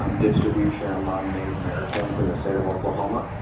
um distribution among native americans in the state of oklahoma.